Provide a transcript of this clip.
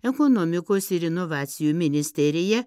ekonomikos ir inovacijų ministerija